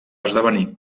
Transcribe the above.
esdevenir